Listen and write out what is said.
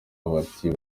bati